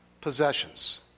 possessions